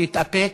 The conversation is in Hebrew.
שיתאפק,